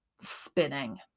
spinning